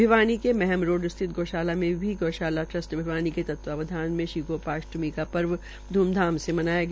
भिवानी के महम रोड स्थित गौशाला में श्री गौशाला ट्रस्ट गिनती के तत्वाधान में भी गोपाष्टमी का पर्व ध्मधाम से मनाया गया